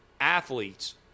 athletes